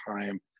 time